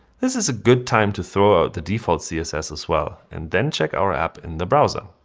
this is a good time to throw out the default css as well and then check our app in the browser.